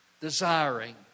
desiring